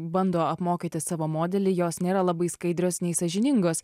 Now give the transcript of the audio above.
bando apmokyti savo modelį jos nėra labai skaidrios nei sąžiningos